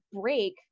break